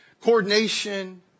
coordination